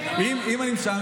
מאוד.